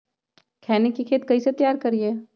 खैनी के खेत कइसे तैयार करिए?